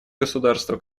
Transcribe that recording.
государства